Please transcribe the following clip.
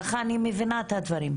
ככה אני מבינה את הדברים.